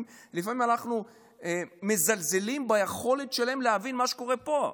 לפעמים אנחנו מזלזלים ביכולת שלהם להבין מה שקורה פה.